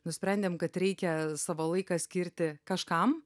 nusprendėm kad reikia savo laiką skirti kažkam